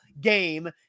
game